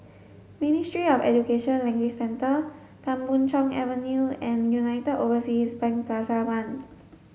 Ministry of Education Language Centre Tan Boon Chong Avenue and United Overseas Bank Plaza One